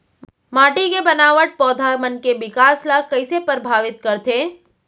माटी के बनावट पौधा मन के बिकास ला कईसे परभावित करथे